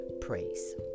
praise